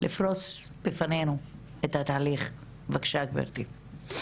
לפרוס בפנינו את התהליך, בבקשה גברתי.